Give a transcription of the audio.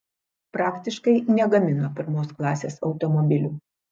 praktiškai negamino pirmos klasės automobilių